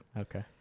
Okay